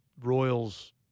Royals